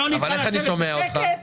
איך אני שומע אותך?